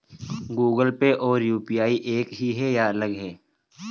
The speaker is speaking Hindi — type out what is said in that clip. गूगल पे और यू.पी.आई एक ही है या अलग?